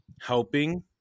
helping